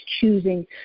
choosing